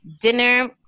dinner